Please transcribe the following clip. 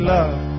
love